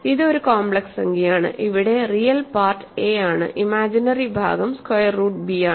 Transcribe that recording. ഇത് ഒരു കോംപ്ലെക്സ് സംഖ്യയാണ് ഇവിടെ റിയൽ പാർട്ട് എ ആണ്ഇമാജിനറി ഭാഗം സ്ക്വയർ റൂട്ട് b ആണ്